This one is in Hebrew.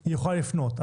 היא יכולה לפנות,